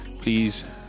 please